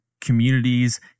communities